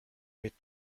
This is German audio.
mit